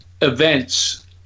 events